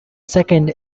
second